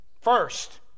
First